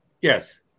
Yes